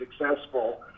successful